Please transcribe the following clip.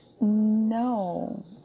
No